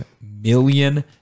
million